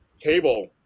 Cable